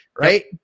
Right